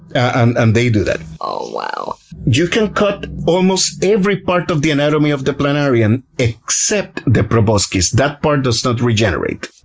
and and they do that. ah ah you can cut almost every part of the anatomy of the planarian except the proboscis. that part does not regenerate.